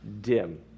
dim